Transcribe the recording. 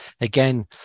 again